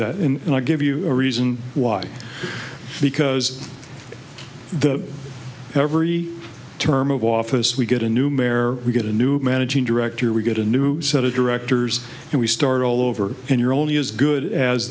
that and i give you a reason why because the every term of office we get a new mer we get a new managing director we get a new set of directors and we start all over and you're only as good as